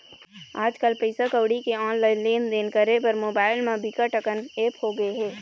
आजकल पइसा कउड़ी के ऑनलाईन लेनदेन करे बर मोबाईल म बिकट अकन ऐप होगे हे